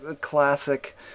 classic